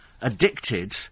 addicted